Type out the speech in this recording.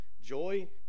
joy